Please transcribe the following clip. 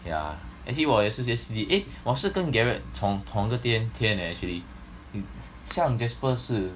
yeah actually 我也是 just see eh 我也是跟 gerard 从从这边先 eh actually 像 jasper 是